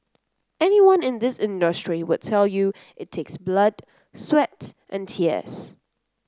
anyone in this industry will tell you it takes blood sweat and tears